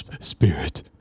Spirit